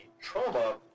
trauma